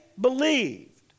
believed